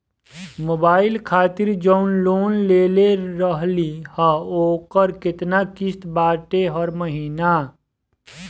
Mobile खातिर जाऊन loan लेले रहनी ह ओकर केतना किश्त बाटे हर महिना?